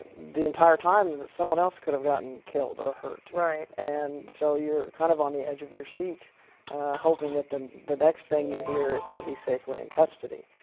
the entire time someone else could have gotten killed or hurt. and so, you're kind of on the edge of your seat hoping that the the next thing you hear is that he's safely in custody,